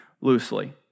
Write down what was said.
loosely